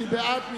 מי בעד?